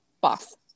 boss